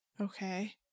Okay